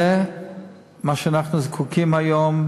זה מה שאנחנו זקוקים לו היום,